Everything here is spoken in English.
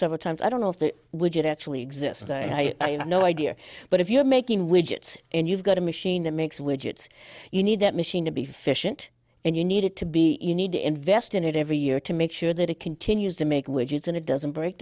several times i don't know if the widget actually exists i have no idea but if you're making widgets and you've got a machine that makes widgets you need that machine to be fissioned and you need it to be you need to invest in it every year to make sure that it continues to make widgets and it doesn't break